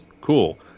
Cool